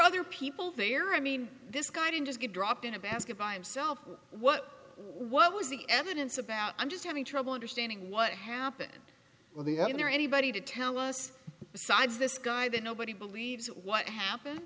other people there i mean this guy didn't just get dropped in a basket by himself what what was the evidence about i'm just having trouble understanding what happened with the i mean there anybody to tell us besides this guy that nobody believes what happened